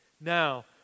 Now